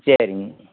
சரிங்க